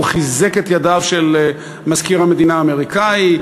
הוא חיזק את ידיו של מזכיר המדינה האמריקני,